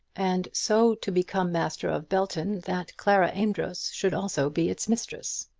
and so to become master of belton that clara amedroz should also be its mistress.